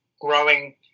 growing